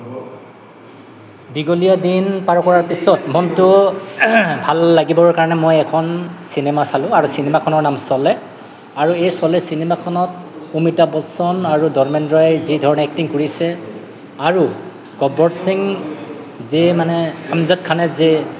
দীঘলীয়া দিন পাৰ কৰাৰ পিছত মনটো ভাল লাগিবৰ কাৰণে মই এখন চিনেমা চালোঁ আৰু চিনেমাখনৰ নাম শ্বলে আৰু এই শ্বলে চিনেমাখনত অমিতাভ বচ্চন আৰু ধৰ্মেন্দ্ৰই যি ধৰণে এক্টিং কৰিছে আৰু গব্বৰ সিং যি মানে আমজাদ খানে যে